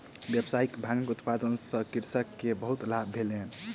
व्यावसायिक भांगक उत्पादन सॅ कृषक के बहुत लाभ भेलैन